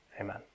amen